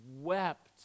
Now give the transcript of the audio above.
wept